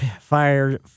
fire